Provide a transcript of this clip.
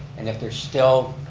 and if there's still,